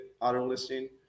auto-listing